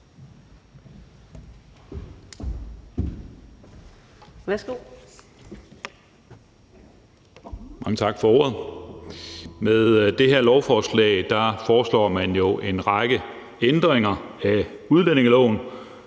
Med det her lovforslag foreslår man jo en række ændringer af udlændingeloven,